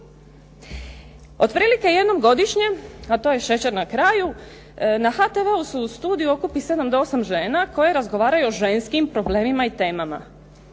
Otprilike jednom godišnje a to je šećer na kraju na HTV-u se u studiju okupi sedam do osam žena koje razgovaraju o ženskim problemima i temama.